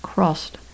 Crossed